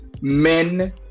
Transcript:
men